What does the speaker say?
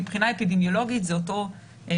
מבחינה אפידמיולוגית זה אותו סיכון,